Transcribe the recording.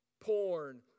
porn